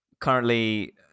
currently